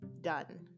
done